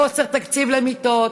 חוסר תקציב למיטות,